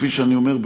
כפי שאני אומר,